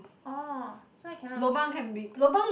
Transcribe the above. orh so I cannot